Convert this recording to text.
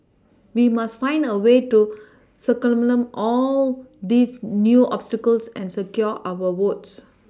we must find a way to circumvent all these new obstacles and secure our votes